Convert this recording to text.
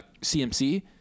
CMC